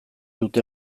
dute